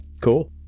cool